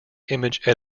image